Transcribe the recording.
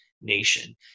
nation